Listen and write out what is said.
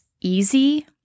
easy